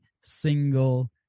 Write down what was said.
single